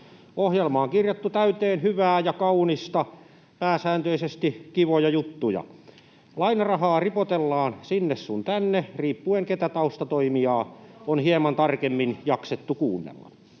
Ohjelma on kirjattu täyteen hyvää ja kaunista, pääsääntöisesti kivoja juttuja. Lainarahaa ripotellaan sinne sun tänne riippuen, ketä taustatoimijaa on hieman tarkemmin jaksettu kuunnella.